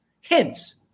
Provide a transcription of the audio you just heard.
hints –